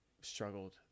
struggled